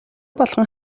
болгон